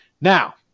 Now